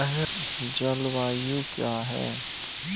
जलवायु क्या है?